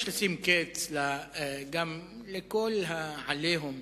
יש לשים קץ גם לכל ה"עליהום"